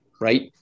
right